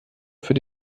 für